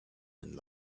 and